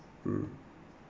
mm